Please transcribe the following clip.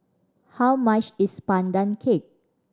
how much is Pandan Cake